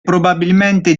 probabilmente